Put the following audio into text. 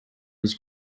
his